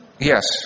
Yes